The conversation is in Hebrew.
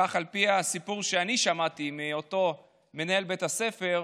כך על פי הסיפור שאני שמעתי מאותו מנהל בית הספר,